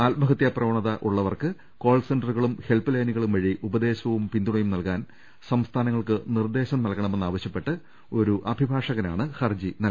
ആത്മഹത്യാ പ്രവ ണത ഉള്ളവർക്ക് കോൾ സെന്ററുകളും ഹെൽപ് ലൈനുകളും വഴി ഉപദേ ശവും പിന്തുണയും നൽകാൻ സംസ്ഥാനങ്ങൾക്ക് നിർദ്ദേശം നൽകണമെ ന്നാവശ്യപ്പെട്ട് ഒരഭിഭാഷകനാണ് ഹർജി സമർപ്പിച്ചത്